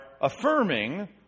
affirming